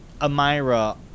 Amira